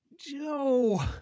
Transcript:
Joe